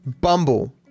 Bumble